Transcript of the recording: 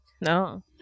No